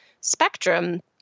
spectrum